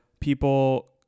people